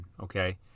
okay